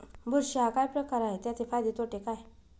बुरशी हा काय प्रकार आहे, त्याचे फायदे तोटे काय?